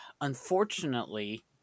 unfortunately